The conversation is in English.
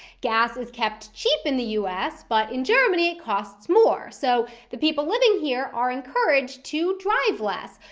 gas is kept cheap in the u s, but in germany it costs more, so the people living here are encouraged to drive less,